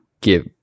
give